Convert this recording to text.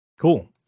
Cool